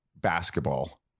basketball